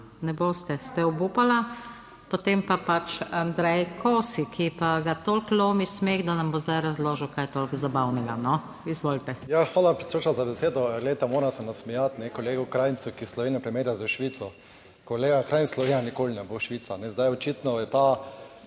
Ne boste, ste obupala Potem pa pač Andrej Kosi, ki pa ga toliko lomi smeh, da nam bo zdaj razložil, kaj je toliko zabavnega. No, izvolite. **ANDREJ KOSI (PS SDS):** Ja, hvala za besedo. Glejte, moram se nasmejati kolegu Krajncu, ki Slovenijo primerja s Švico, kolega Krajnc, Slovenija nikoli ne bo Švica. Zdaj, očitno je ta